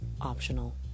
optional